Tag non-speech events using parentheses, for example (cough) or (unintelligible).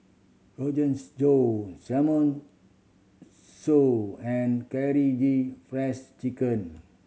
Rogans Josh (unintelligible) and Karaage Frieds Chicken